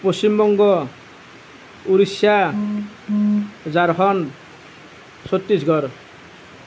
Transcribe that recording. Paschimbanga Orissa Jharkhand Chhattisgarh